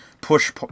push